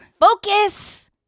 Focus